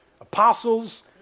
apostles